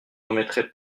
remettrai